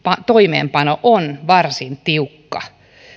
toimeenpano on varsin tiukka